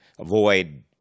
avoid